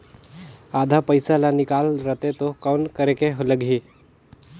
आधा पइसा ला निकाल रतें तो कौन करेके लगही?